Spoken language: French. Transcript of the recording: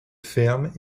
ferme